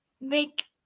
make